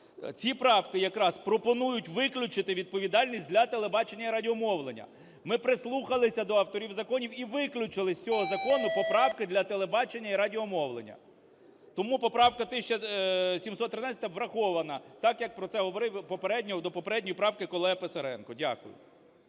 Ці правки якраз пропонують виключити відповідальність для телебачення і радіомовлення. Ми прислухалися до авторів законів і виключили з цього закону поправки для телебачення і радіомовлення. Тому поправка 1713 врахована так як про це говорив до попередньої правки колега Писаренко. Дякую.